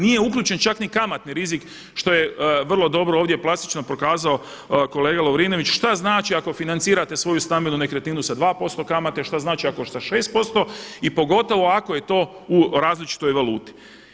Nije uključen čak ni kamatni rizik što je vrlo dobro ovdje plastično prikazao kolega Lovrinović šta znači ako financirate svoju stambenu nekretninu sa 2% kamate, šta znači ako sa 6% i pogotovo ako je to u različitoj valuti.